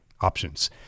options